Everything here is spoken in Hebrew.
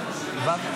ו'.